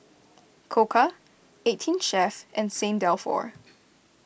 Koka eighteen Chef and Saint Dalfour